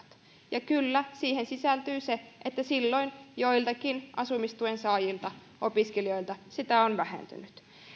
ja kyllä siihen sisältyy se että silloin joiltakin asumistuen saajilta opiskelijoilta se on vähentynyt